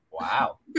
Wow